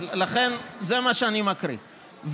לכן זה מה שאני מקריא.